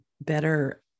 Better